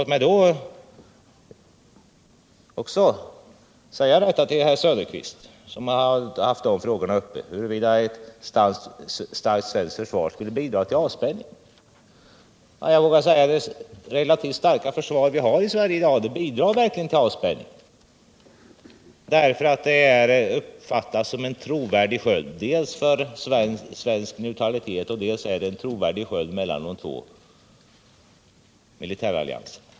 Till Oswald Söderqvist, som tog upp frågan huruvida ett starkt svenskt försvar skulle bidra till avspänning, vill jag säga att det relativt starka försvar vi har i Sverige i dag verkligen bidrar till avspänning därför att det uppfattas som en trovärdig sköld dels för svensk neutralitet, dels mellan de två militärallianserna.